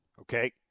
Okay